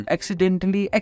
Accidentally